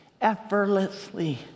effortlessly